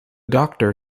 doctor